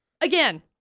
Again